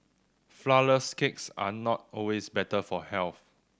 flourless cakes are not always better for health